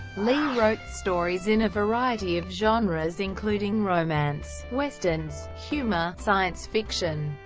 lee wrote stories in a variety of genres including romance, westerns, humor, science fiction,